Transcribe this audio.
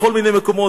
בכל מיני מקומות,